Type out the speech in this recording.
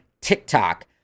TikTok